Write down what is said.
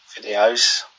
videos